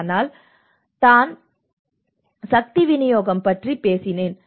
அதனால் தான் நான் சக்தி விநியோகம் பற்றி பேசினேன்